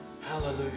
hallelujah